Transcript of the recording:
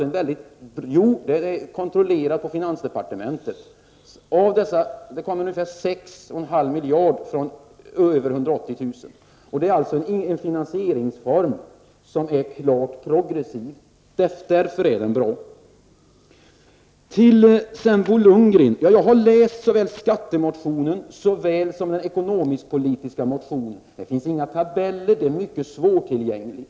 Ungefär 6,5 miljarder kommer från skikten över 180 000 kr. Denna finansieringsform är alltså klart progressiv, och därför är den bra. Till Bo Lundgren vill jag säga att jag läst såväl skattemotionen som den ekonomisk-politiska motionen. Det finns inga tabeller, och det hela är mycket svårtillgängligt.